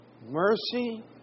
Mercy